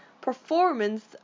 performance